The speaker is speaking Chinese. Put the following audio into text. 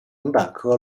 龙胆科